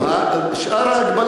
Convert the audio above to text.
כדי שהיא תוכל